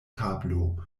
tablo